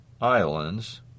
islands